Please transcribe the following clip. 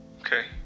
Okay